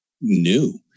new